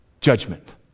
Judgment